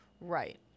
Right